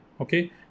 okay